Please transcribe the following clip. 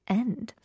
end